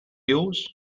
yours